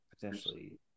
potentially